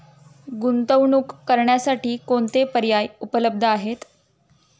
गुंतवणूक करण्यासाठी कोणते पर्याय उपलब्ध आहेत?